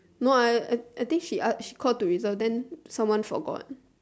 no I I I think she ask she call to reserve then someone forgot